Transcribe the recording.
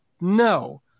No